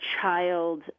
child